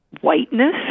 whiteness